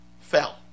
fell